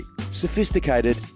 Sophisticated